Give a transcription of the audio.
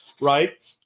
right